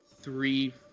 three